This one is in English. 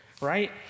right